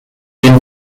den